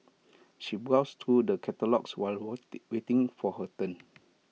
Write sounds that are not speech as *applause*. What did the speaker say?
she browsed through the catalogues while *unintelligible* waiting for her turn